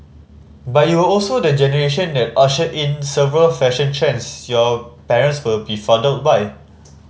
but you were also the generation that ushered in several fashion trends your parents were befuddled by